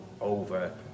over